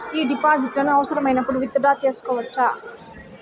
ఈ డిపాజిట్లను అవసరమైనప్పుడు విత్ డ్రా సేసుకోవచ్చా?